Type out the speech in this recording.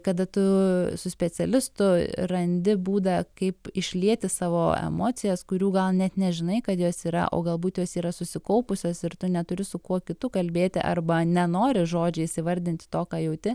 kada tu su specialistu randi būdą kaip išlieti savo emocijas kurių gal net nežinai kad jos yra o galbūt jos yra susikaupusios ir tu neturi su kuo kitu kalbėti arba nenori žodžiais įvardinti to ką jauti